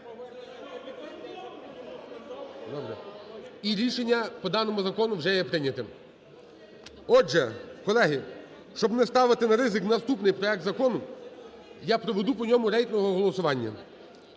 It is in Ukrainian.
І рішення по даному закону вже є прийнятим. Отже, колеги, щоб не ставити на ризик наступний проект закону, я проведу по ньому рейтингове голосування.